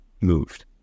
moved